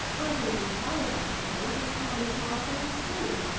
arthur is in college, i suppose, and tom and charles are in school.